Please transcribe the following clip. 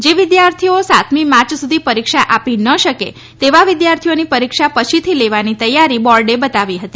જે વિદ્યાર્થીઓ સાતમી માર્ચ સુધી પરીક્ષા આપી ન શકે તેવા વિદ્યાર્થીઓની પરીક્ષા પછીથી લેવાની તૈયારી બોર્ડે બતાવી હતી